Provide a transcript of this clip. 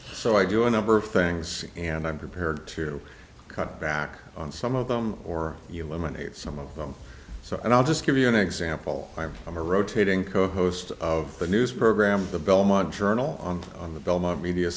so i do a number of things and i'm prepared to cut back on some of them or eliminate some of them so i'll just give you an example i have a rotating co host of the news program the belmont journal on on the belmont media